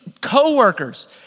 coworkers